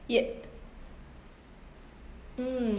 yup mm